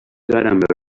got